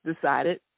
decided